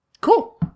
Cool